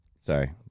Sorry